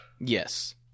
Yes